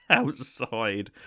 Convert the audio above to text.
outside